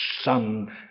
son